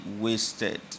wasted